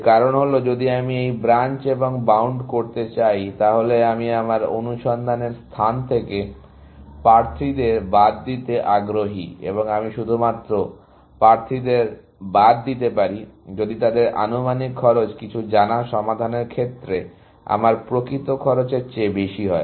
এর কারণ হল যদি আমি এই ব্রাঞ্চ এবং বাউন্ড করতে চাই তাহলে আমি আমার অনুসন্ধানের স্থান থেকে প্রার্থীদের বাদ দিতে আগ্রহী এবং আমি শুধুমাত্র প্রার্থীদের বাদ দিতে পারি যদি তাদের আনুমানিক খরচ কিছু জানা সমাধানের ক্ষেত্রে আমার প্রকৃত খরচের চেয়ে বেশি হয়